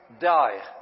die